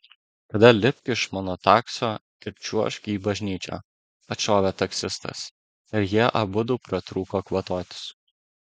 tada lipk iš mano taksio ir čiuožk į bažnyčią atšovė taksistas ir jie abudu pratrūko kvatotis